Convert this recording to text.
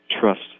trust